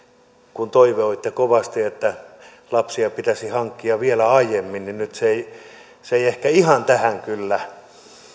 kun toivoitte kovasti että lapsia pitäisi hankkia vielä aiemmin niin se nyt ei ehkä ihan tähän kyllä